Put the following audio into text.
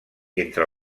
entre